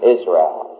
Israel